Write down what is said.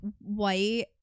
white